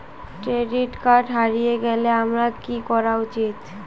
Debit card হারিয়ে গেলে আমার কি করা উচিৎ?